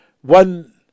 one